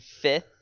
fifth